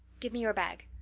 give me your bag.